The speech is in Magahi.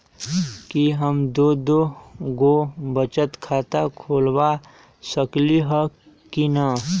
कि हम दो दो गो बचत खाता खोलबा सकली ह की न?